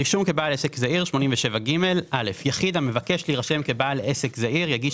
רישום כבעל עסק זעיר 87ג. יחיד המבקש להירשם כבעל עסק זעיר יגיש